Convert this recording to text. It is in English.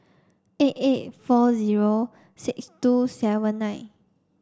eight eight four zero six two seven nine